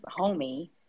homie